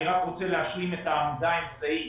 אני רק רוצה להשלים את העמודה האמצעית.